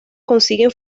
consiguen